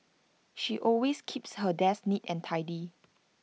she always keeps her desk neat and tidy